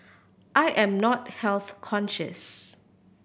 I am not health conscious